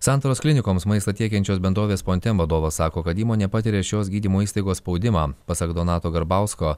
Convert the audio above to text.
santaros klinikoms maistą tiekiančios bendrovės pontem vadovas sako kad įmonė patiria šios gydymo įstaigos spaudimą pasak donato garbausko